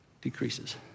decreases